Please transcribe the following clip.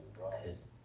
cause